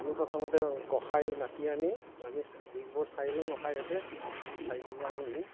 আমি প্ৰথমতে গোঁসাই মাটি আনি আমি চা দিশবোৰ চাই লওঁ গোঁসাইৰ তাতে চাই কিনে আমি